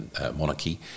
monarchy